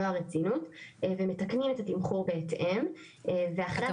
הרצינות ומתקנים את התמחור בהתאם ואחרי